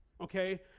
okay